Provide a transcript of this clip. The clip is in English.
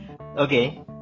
Okay